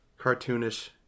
cartoonish